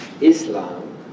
Islam